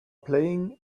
playing